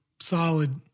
solid